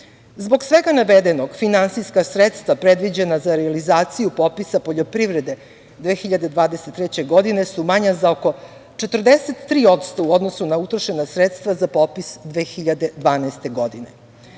svega navedenog finansijska sredstva predviđena za realizaciju popisa poljoprivrede 2023. godine su manja za oko 43% u odnosu na utrošena sredstva za popis 2012. godine. Popis